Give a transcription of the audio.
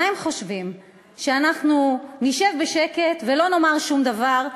מה הם חושבים, שאנחנו נשב בשקט ולא נאמר שום דבר?